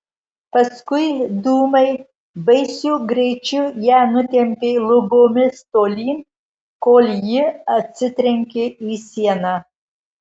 paskui dūmai baisiu greičiu ją nutempė lubomis tolyn kol ji atsitrenkė į sieną